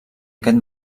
aquest